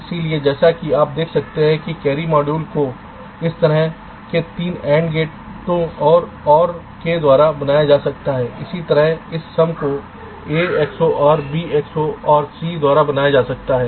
इसलिए जैसा कि आप देख सकते हैं कि कैरी मॉड्यूल को इस तरह के 3 AND गेटों और ORके द्वारा बनाए जा सकता है इसी तरह इस सम को A XOR B XOR C द्वारा बनाए जा सकता है